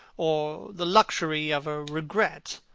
or the luxury of a regret.